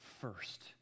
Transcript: first